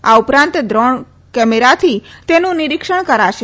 આ ઉપરાંત વ્રોણ કેમેરાથી તેનું નિરિક્ષણ કરાશે